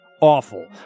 awful